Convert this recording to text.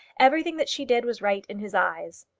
everything that she did was right in his eyes.